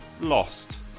lost